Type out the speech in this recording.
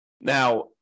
Now